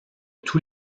tous